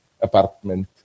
apartment